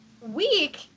week